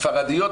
ספרדיות,